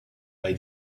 bei